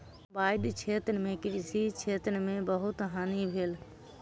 बाइढ़ सॅ कृषि क्षेत्र में बहुत हानि भेल